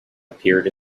appeared